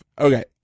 Okay